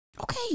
Okay